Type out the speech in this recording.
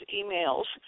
emails